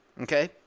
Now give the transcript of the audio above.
Okay